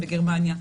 בגרמניה,